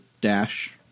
dash